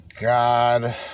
God